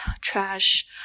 trash